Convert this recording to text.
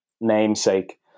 namesake